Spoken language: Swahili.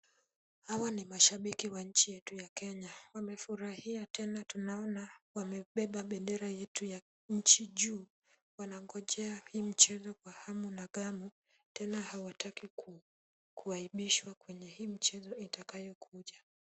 Hawa ni mashabiki wa nchi yetu ya Kenya. Wamefurahia tena tunaona wamebeba bendera yetu ya nchi juu. Wanangojea hii mchezo kwa hamu na ghamu tena hawataki kuabishwa kwenye hii mchezo itakayokuja.